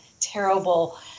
terrible